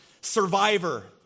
Survivor